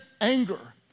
anger